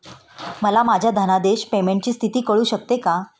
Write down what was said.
मला माझ्या धनादेश पेमेंटची स्थिती कळू शकते का?